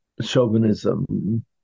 chauvinism